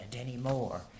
anymore